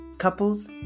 Couples